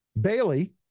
Bailey